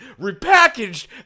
repackaged